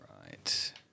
right